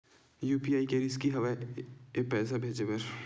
UPI का रिसकी हंव ए पईसा भेजे बर?